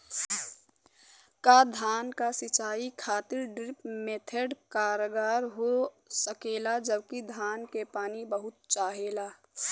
का धान क सिंचाई खातिर ड्रिप मेथड कारगर हो सकेला जबकि धान के पानी बहुत चाहेला?